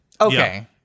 Okay